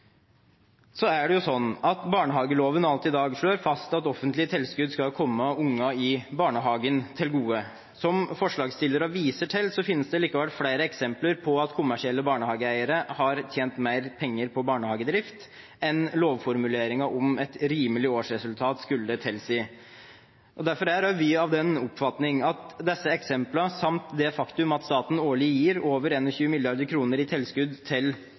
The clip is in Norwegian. i dag slår barnehageloven fast at offentlige tilskudd skal komme ungene i barnehagen til gode. Som forslagsstillerne viser til, finnes det likevel flere eksempler på at kommersielle barnehageeiere har tjent mer penger på barnehagedrift enn lovformuleringen om et rimelig årsresultat skulle tilsi. Derfor er vi av den oppfatning at disse eksemplene samt det faktum at staten årlig gir over 21 mrd. kr i tilskudd til